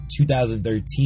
2013